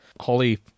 Holly